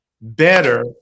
better